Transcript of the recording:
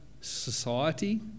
society